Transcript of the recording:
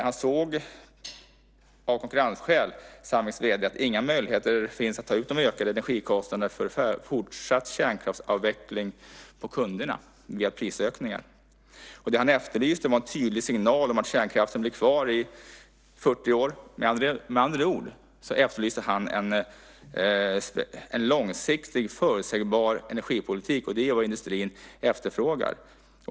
Sandviks vd såg att det av konkurrensskäl inte finns några möjligheter att ta ut de ökade energikostnaderna för en fortsatt kärnkraftsavveckling på kunderna via prisökningar. Vad han efterlyste var en tydlig signal om att kärnkraften blir kvar i 40 år. Med andra ord efterlyste han en långsiktig, förutsägbar energipolitik. Det är vad industrin efterfrågar.